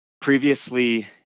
previously